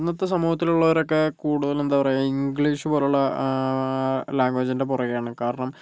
ഇന്നത്തെ സമൂഹത്തിലുള്ളവരൊക്കെ കൂടുതലെന്താ പറയുക ഇംഗ്ലീഷ് പോലുള്ള ലാഗ്വേജിൻ്റെ പുറകെയാണ് കാരണം